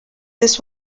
this